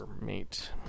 mate